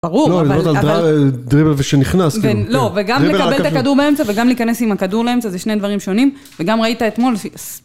ברור, אבל, אבל... דריבל ושנכנס, כאילו. לא, וגם לקבל את הכדור באמצע, וגם להיכנס עם הכדור לאמצע, זה שני דברים שונים, וגם ראית אתמול...